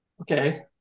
Okay